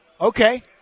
Okay